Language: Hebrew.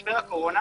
במשבר הקורונה,